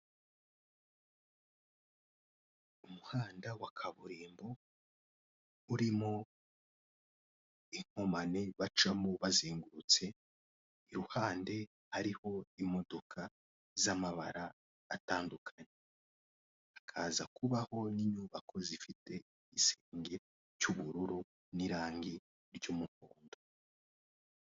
Umuhanda wa kaburimbo urimo inkomane bacamo bazengurutse, iruhande hariho imodoka z'amabara atandukanye, hakaza kubaho n'inyubako zifite igisenge cy'ubururu n'irangi ry'umuhondo.